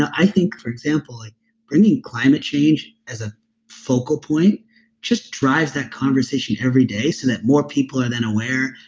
i think for example bringing climate change as a focal point just drives that conversation every day so that more people are then aware.